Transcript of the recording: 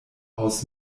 aus